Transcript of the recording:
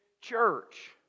church